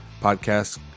podcast